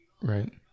right